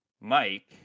Mike